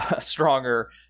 Stronger